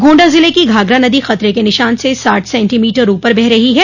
गोण्डा जिले की घाघरा नदी खतरे के निशान से साठ सेंटीमीटर ऊपर बह रही है